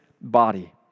body